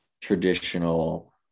traditional